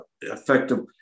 effective